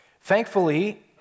Thankfully